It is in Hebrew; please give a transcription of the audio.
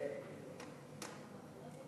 (אומר דברים בשפה הערבית, להלן תרגומם: